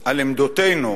על עמדותינו,